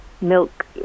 milk